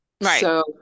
Right